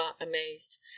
amazed